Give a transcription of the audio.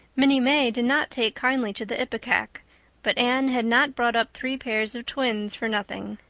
minnie may did not take kindly to the ipecac but anne had not brought up three pairs of twins for nothing.